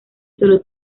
solo